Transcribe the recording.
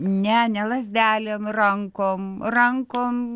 ne ne lazdelėm rankom rankom